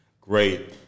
great